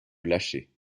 lâcher